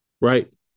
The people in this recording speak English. right